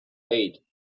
eight